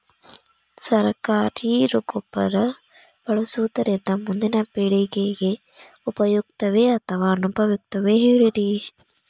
ಸರಕಾರಿ ಗೊಬ್ಬರ ಬಳಸುವುದರಿಂದ ಮುಂದಿನ ಪೇಳಿಗೆಗೆ ಉಪಯುಕ್ತವೇ ಅಥವಾ ಅನುಪಯುಕ್ತವೇ ಹೇಳಿರಿ